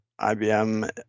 IBM